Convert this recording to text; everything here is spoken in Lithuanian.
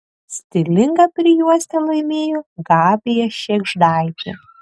stilingą prijuostę laimėjo gabija šėgždaitė